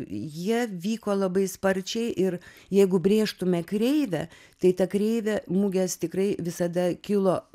jie vyko labai sparčiai ir jeigu brėžtume kreivę tai ta kreivė mugės tikrai visada kilo